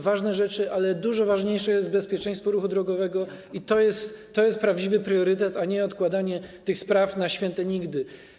Ważne rzeczy, ale dużo ważniejsze jest bezpieczeństwo ruchu drogowego i to jest prawdziwy priorytet; nie należy odkładać tych spraw na święty nigdy.